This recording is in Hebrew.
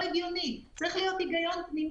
ליקוי או להפסקת הפרה שניתנה לפי סעיף 36,